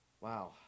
Wow